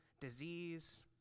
disease